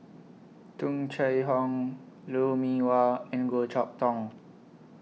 Tung Chye Hong Lou Mee Wah and Goh Chok Tong